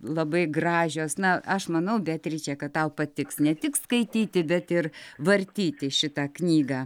labai gražios na aš manau beatričė kad tau patiks ne tik skaityti bet ir vartyti šitą knygą